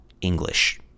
English